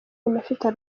inafite